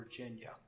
Virginia